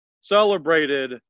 celebrated